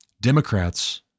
Democrats